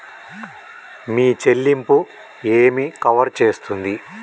మీ చెల్లింపు ఏమి కవర్ చేస్తుంది?